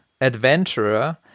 adventurer